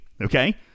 okay